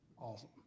Awesome